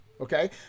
Okay